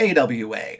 AWA